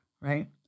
right